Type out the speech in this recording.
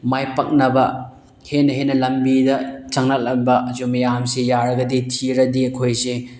ꯃꯥꯏ ꯄꯥꯛꯅꯕ ꯍꯦꯟꯅ ꯍꯦꯟꯅ ꯂꯝꯕꯤꯗ ꯆꯪꯂꯛꯂꯕꯁꯨ ꯃꯌꯥꯝꯁꯤ ꯌꯥꯔꯒꯗꯤ ꯊꯤꯔꯗꯤ ꯑꯩꯈꯣꯏꯁꯦ